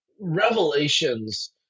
revelations